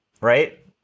Right